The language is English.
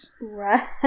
Right